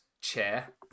Chair